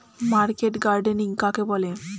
Market gardening কাকে বলে?